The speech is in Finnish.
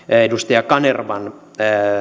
edustaja kanervan